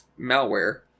malware